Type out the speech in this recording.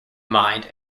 mind